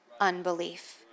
unbelief